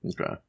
okay